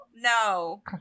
No